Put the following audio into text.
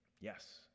Yes